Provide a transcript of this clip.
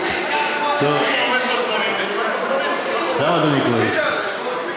אם הוא עומד בזמנים, הוא עומד